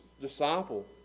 disciple